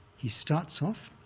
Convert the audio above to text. he starts off